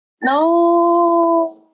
No